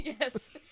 Yes